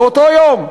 באותו יום.